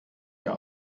ihr